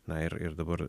na ir ir dabar